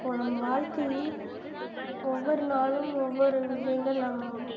இப்போது நம் வாழ்க்கையில் ஒவ்வொரு நாளும் ஒவ்வொரு விஷயங்கள் நம்